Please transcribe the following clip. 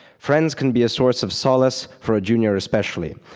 friends can be a source of solace for a junior especially.